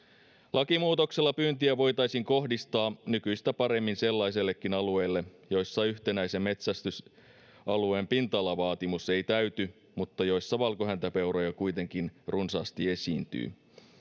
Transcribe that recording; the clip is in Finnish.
lakimuutoksella pyyntiä voitaisiin kohdistaa nykyistä paremmin sellaisillekin alueille joilla yhtenäisen metsästysalueen pinta alavaatimus ei täyty mutta joilla valkohäntäpeuroja kuitenkin runsaasti esiintyy